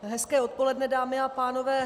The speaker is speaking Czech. Hezké odpoledne, dámy a pánové.